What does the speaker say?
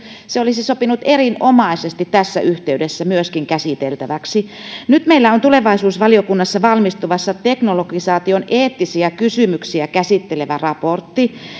se olisi sopinut erinomaisesti myöskin tässä yhteydessä käsiteltäväksi nyt meillä on tulevaisuusvaliokunnassa valmistumassa teknologisaation eettisiä kysymyksiä käsittelevä raportti